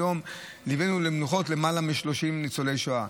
היום ליווינו למנוחות למעלה מ-30 ניצולי שואה.